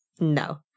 No